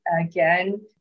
Again